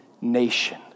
nation